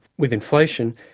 with inflation.